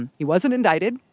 and he wasn't indicted.